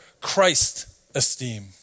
Christ-esteem